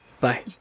Bye